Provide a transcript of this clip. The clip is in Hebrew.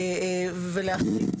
ולהחליט